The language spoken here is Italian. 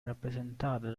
rappresentata